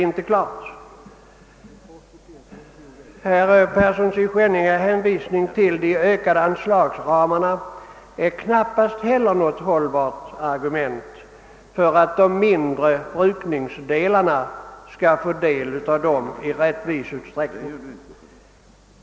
Herr Perssons i Skänninge hänvisning till de ökade anslagsramarna är knappast heller något hållbart argument för att de mindre brukningsdelarna skall få del av dem i rättvis utsträckning.